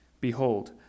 Behold